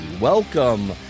Welcome